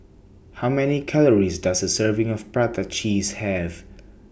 How Many Calories Does A Serving of Prata Cheese Have